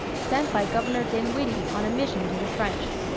sent by governor dinwiddie on a mission to the french.